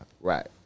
Right